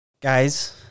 guys